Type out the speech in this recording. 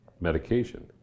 medication